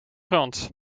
grond